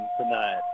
tonight